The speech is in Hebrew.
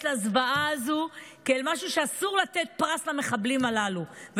לזוועה הזאת כאל משהו שאסור לתת עליו פרס למחבלים הללו,